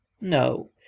No